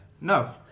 no